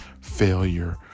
failure